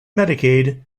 medicaid